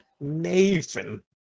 Nathan